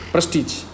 Prestige